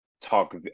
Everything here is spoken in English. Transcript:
talk